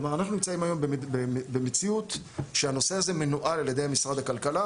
כלומר: אנחנו נמצאים היום במציאות שהנושא הזה מנוהל על ידי משרד הכלכלה,